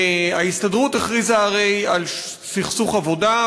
הרי ההסתדרות הכריזה על סכסוך עבודה,